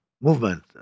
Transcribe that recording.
movement